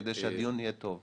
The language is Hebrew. כדי שנזכור על מה לדון אחר כך.